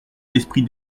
l’esprit